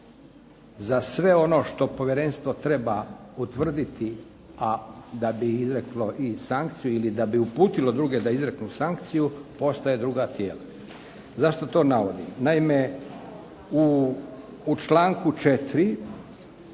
Za sve ono što povjerenstvo treba utvrditi, a da bi izreklo i sankciju ili da bi uputilo druge da izreknu sankciju postoje druga tijela. Zašto to navodim? Naime, u članku 4.,